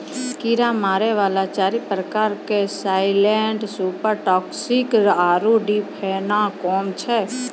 कीड़ा मारै वाला चारि प्रकार के साइलेंट सुपर टॉक्सिक आरु डिफेनाकौम छै